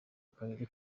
akarere